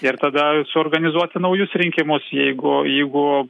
ir tada suorganizuoti naujus rinkimus jeigu jeigu